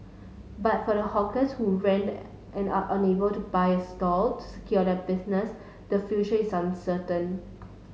but for the hawkers who rent and are unable to buy a stall to secure their business the future is uncertain